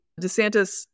DeSantis